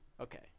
Okay